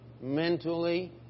mentally